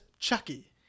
Chucky